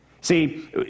See